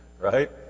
Right